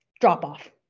drop-off